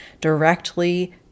directly